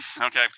Okay